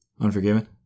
Unforgiven